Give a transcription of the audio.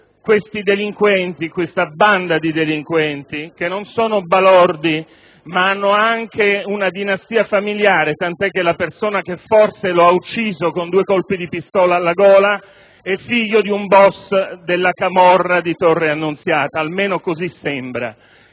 e raziocinio, una banda di delinquenti, che non sono solo balordi ma hanno anche una dinastia familiare, tant'è che la persona che forse lo ha ucciso con due colpi di pistola alla gola è figlio di un *boss* della camorra di Torre Annunziata, almeno così sembra.